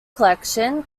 collection